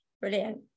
Brilliant